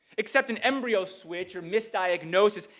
except an embryo switch or misdiagnosis,